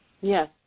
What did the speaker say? Yes